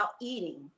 eating